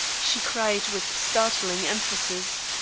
she cried with startling emphasis.